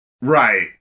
Right